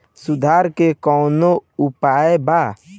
सुधार के कौनोउपाय वा?